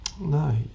No